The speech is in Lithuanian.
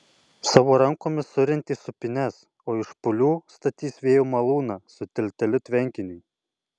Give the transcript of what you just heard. savo rankomis surentė sūpynes o iš špūlių statys vėjo malūną su tilteliu tvenkiniui